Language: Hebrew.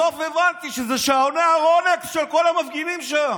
בסוף הבנתי שזה שעוני הרולקס של כל המפגינים שם.